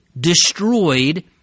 destroyed